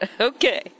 Okay